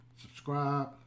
subscribe